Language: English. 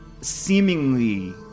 seemingly